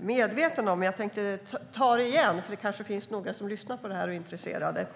medveten om, men jag tänkte ta det igen eftersom det kanske finns några som lyssnar och är intresserade.